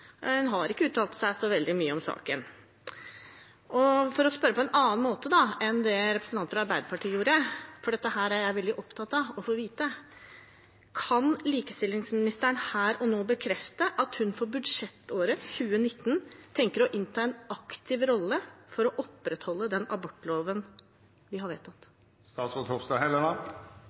en annen måte enn representanten fra Arbeiderpartiet gjorde, for dette er jeg veldig opptatt av å få vite: Kan likestillingsministeren her og nå bekrefte at hun for budsjettåret 2019 tenker å innta en aktiv rolle for å opprettholde den abortloven vi har